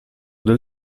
del